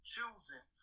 Choosing